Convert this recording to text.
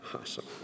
Awesome